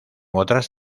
otras